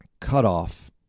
cutoff